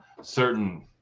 certain